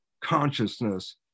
consciousness